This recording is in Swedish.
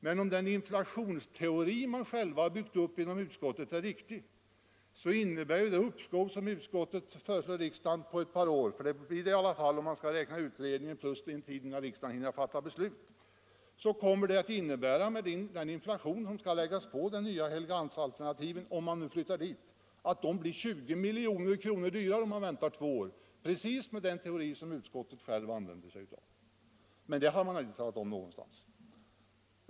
Men om den inflationsteori man själv har byggt upp inom utskottet är riktig, så innebär ju det uppskov som utskottet föreslår riksdagen på ett par år — för det blir det i alla fall om man skall räkna utredningen plus tiden innan riksdagen hinner fatta beslut — att de nya Helgeandsholmsalternativen, med den inflation som skall läggas på, blir 20 milj.kr. dyrare. Precis så blir det med den teori som utskottet självt använder, men det har man inte talat om någonstans.